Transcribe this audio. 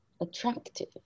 attractive